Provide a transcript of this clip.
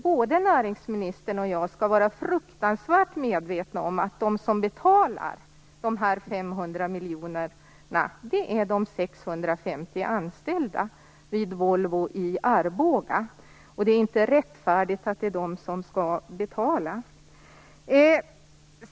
Både näringsministern och jag skall nämligen vara fruktansvärt medvetna om att de som betalar dessa 500 miljoner är de 650 anställda vid Volvo i Arboga. Det är inte rättfärdigt att det är de som skall betala.